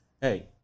hey